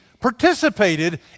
participated